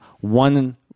one